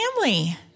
family